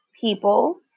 people